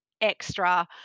extra